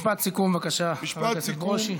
משפט סיכום, בבקשה, חבר הכנסת ברושי.